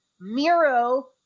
Miro